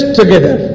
together